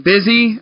Busy